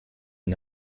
den